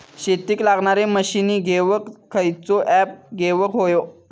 शेतीक लागणारे मशीनी घेवक खयचो ऍप घेवक होयो?